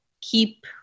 keep